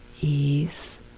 ease